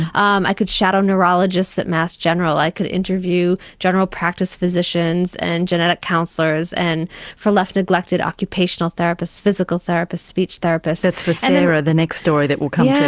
um i could shadow neurologists at mass general, i could interview general practice physicians and genetic counsellors and for left neglected occupational therapists, physical therapists, speech therapists. that's for sarah, the next story we'll come to. yeah,